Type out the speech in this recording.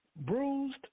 bruised